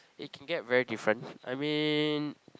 it can get very different I mean